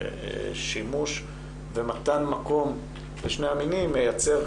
ששימוש ומתן מקום לשני המינים מייצר